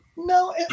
No